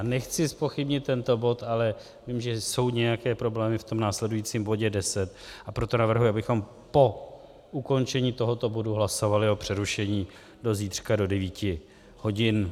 Nechci zpochybnit tento bod, ale vím, že jsou nějaké problémy v tom následujícím bodě 10, a proto navrhuji, abychom po ukončení tohoto bodu hlasovali o přerušení do zítřka do 9 hodin.